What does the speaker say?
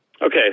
Okay